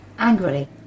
Angrily